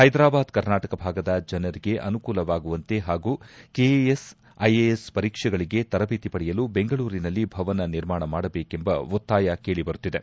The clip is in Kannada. ಹೈದಾರಾಬಾದ್ ಕರ್ನಾಟಕ ಭಾಗದ ಜನರಿಗೆ ಅನುಕೂಲವಾಗುವಂತೆ ಹಾಗೂ ಕೆಎಎಸ್ ಐಎಎಸ್ ಪರೀಕ್ಷೆಗಳಿಗೆ ತರಬೇತಿ ಪಡೆಯಲು ಬೆಂಗಳೂರಿನಲ್ಲಿ ಭವನ ನಿರ್ಮಾಣ ಮಾಡಬೇಕೆಂಬ ಒತ್ತಾಯ ಕೇಳಿ ಬರುತ್ತಿದೆ